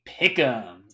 Pick'Em